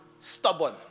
stubborn